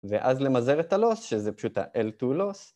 ואז למזער את הלוס, שזה פשוט ה-l2-loss.